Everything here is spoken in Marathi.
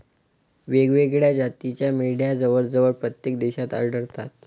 वेगवेगळ्या जातीच्या मेंढ्या जवळजवळ प्रत्येक देशात आढळतात